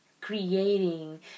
creating